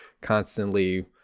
constantly